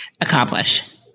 accomplish